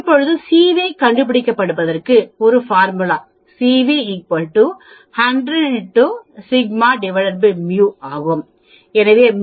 இப்போது CV கண்டுபிடிப்பதற்கு formula CV 100 σ μ ஆகும் எனவே μ என்பது 80